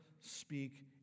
speak